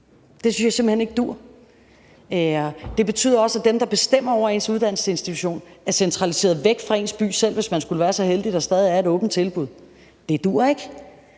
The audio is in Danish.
det synes jeg simpelt hen ikke duer. Det betyder også, at dem, der bestemmer over ens uddannelsesinstitutioner, er centraliseret væk fra ens by, selv hvis man skulle være så heldig, at der stadig er et åbent tilbud. Det duer ikke,